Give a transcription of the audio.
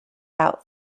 out